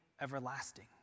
everlasting